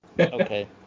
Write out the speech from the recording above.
Okay